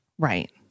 Right